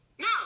No